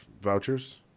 vouchers